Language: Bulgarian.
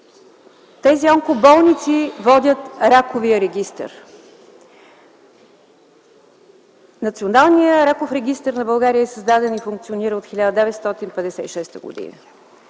Тези онкоболници водят раковия регистър. Националният раков регистър на България е създаден и функционира от 1956 г.